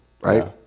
right